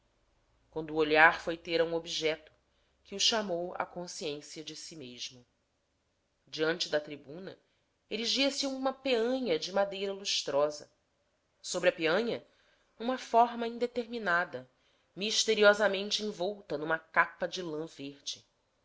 o olhar foi ter a um objeto que o chamou à consciência de si mesmo diante da tribuna erigia se uma peanha de madeira lustrosa sobre a peanha uma forma indeterminada misteriosamente envolta numa capa de lã verde